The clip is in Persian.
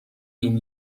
این